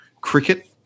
cricket